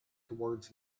towards